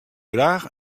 graach